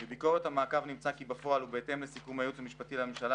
בביקורת המעקב נמצא כי בפועל ובהתאם לסיכום הייעוץ המשפטי לממשלה,